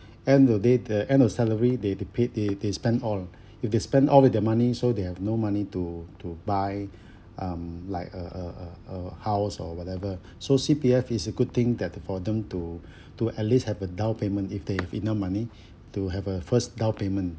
end of the day the end of salary they they paid they they spend all if they spend all of their money so they have no money to to buy um like uh uh uh uh house or whatever so C_P_F is a good thing that the for them to to at least have a down payment if they have enough money to have a first down payment